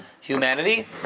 humanity